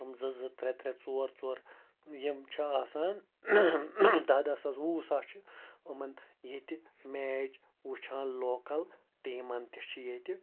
تِم زٕ زٕ ترٛےٚ ترٛےٚ ژور ژور یِم چھِ آسان دَہ دَہ ساس وُہ وُہ ساس چھِ یِمَن ییٚتہِ میچ وٕچھان لوکَل ٹیٖمَن تہِ چھِ ییٚتہِ